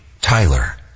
Tyler